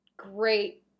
great